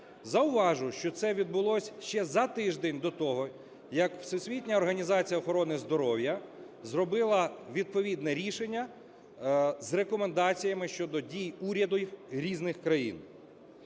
Зауважу, що це відбулося ще за тиждень до того, як Всесвітня організація охорони здоров'я зробила відповідне рішення з рекомендаціями щодо дій урядів різних країн.